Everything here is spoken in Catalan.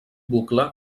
bucle